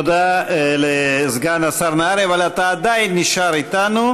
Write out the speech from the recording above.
תודה לסגן השר נהרי, אבל אתה עדיין נשאר איתנו,